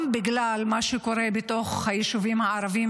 גם בגלל מה שקורה בתוך היישובים הערביים,